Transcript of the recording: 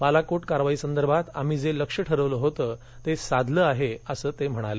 बालाकोट कारवाई संदर्भात आम्ही जे लक्ष्य ठरवलं होतं ते साधलं आहे असं ते म्हणाले